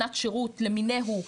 שנת שירות למינהו,